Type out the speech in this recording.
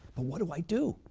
but what do i do,